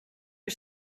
are